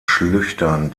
schlüchtern